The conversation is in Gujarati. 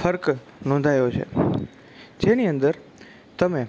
ફર્ક નોંધાયો છે જેની અંદર તમે